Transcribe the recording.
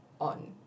on